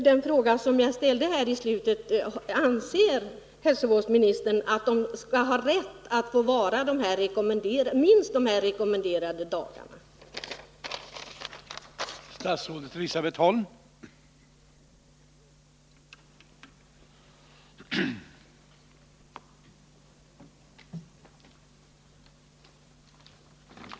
Den fråga som jag ställde i slutet av mitt förra inlägg var: Anser hälsovårdsministern att kvinnor skall ha rätt att vara kvar på BB minst det rekommenderade antalet dagar?